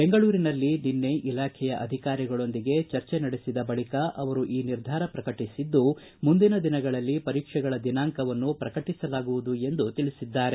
ಬೆಂಗಳೂರಿನಲ್ಲಿ ನಿನ್ನೆ ಇಲಾಖೆಯ ಅಧಿಕಾರಿಗಳೊಂದಿಗೆ ಚರ್ಚೆ ನಡೆಸಿದ ಬಳಿಕ ಅವರು ಈ ನಿರ್ಧಾರ ಪ್ರಕಟಿಸಿದ್ದು ಮುಂದಿನ ದಿನಗಳಲ್ಲಿ ಪರೀಕ್ಷೆಗಳ ದಿನಾಂಕವನ್ನು ಪ್ರಕಟಿಸಲಾಗುವುದು ಎಂದು ತಿಳಿಸಿದ್ದಾರೆ